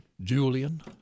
Julian